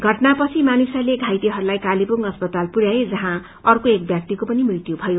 घटनापछि मानिसहरूले घाइतेहरूलाई कालेबुङ अस्पताल पुर्याए जहाँ अर्को एक ब्यक्तिको पनि मृत्यु भयो